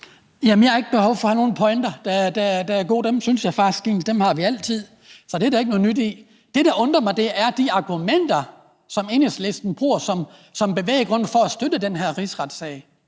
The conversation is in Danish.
(DF): Jeg har ikke behov for at have nogle pointer, der er gode, dem synes jeg faktisk altid vi har. Så det er der ikke noget nyt i. Det, der undrer mig, er de argumenter, som Enhedslisten bruger som bevæggrund for at støtte den her rigssag,